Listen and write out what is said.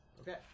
Okay